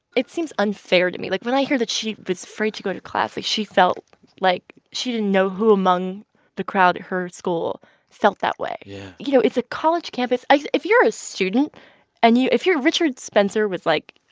it seems unfair to me. like, when i hear that she was afraid to go to class, like, she felt like she didn't know who among the crowd at her school felt that way yeah you know, it's a college campus. i if you're a student and you if your richard spencer was, like,